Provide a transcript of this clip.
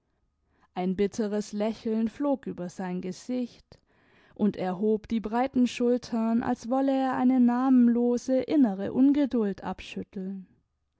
ein bitteres lächeln flog über sein gesicht und er hob die breiten schultern als wolle er eine namenlose innere ungeduld abschütteln